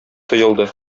тоелды